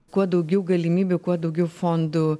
kuo daugiau galimybių kuo daugiau fondų